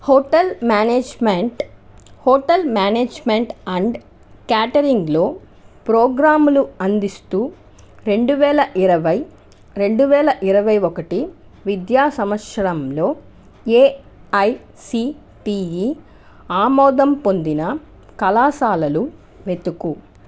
hotel management hotel management and క్యాటరింగ్లో ప్రోగ్రాములు అందిస్తూ రెండువేల ఇరవై రెండువేల ఇరవై ఒకటి విద్య సంవత్సరంలో ఏఐసిటీఈ ఆమోదం పొందిన కళాశాలలు వెతుకు